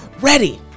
ready